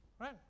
Right